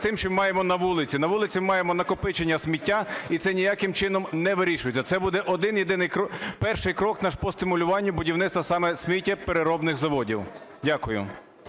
тим, що маємо на вулиці. На вулиці маємо накопичення сміття і це ніяким чином не вирішується. Це буде один-єдиний крок… перший крок наш по стимулюванню будівництва саме сміттєпереробних заводів. Дякую.